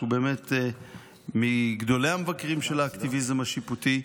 שהוא מגדולי המבקרים של האקטיביזם השיפוטי,